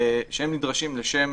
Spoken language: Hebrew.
שהם נדרשים לשם